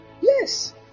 Yes